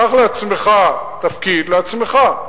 קח לעצמך תפקיד, לעצמך,